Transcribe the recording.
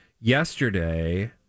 Yesterday